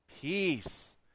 peace